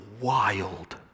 wild